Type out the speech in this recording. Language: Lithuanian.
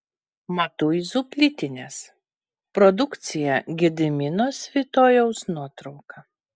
matuizų plytinės produkcija gedimino svitojaus nuotrauka